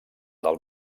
del